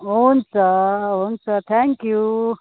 हुन्छ हुन्छ thank you